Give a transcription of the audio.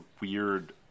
weird